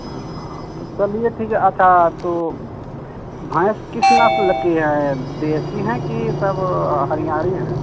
हाँ तब चलिए ठीक है अच्छा तो भैंस किस नस्ल की है देशी हैं कि सब हरियाणी हैं